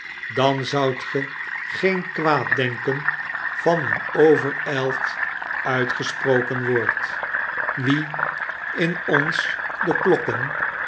dan zoudt ge geen kwaad denken van een overijld udtgesproken woord wie in ons de klokken